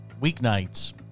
weeknights